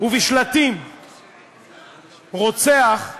ובשלטים "רוצח"